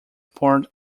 part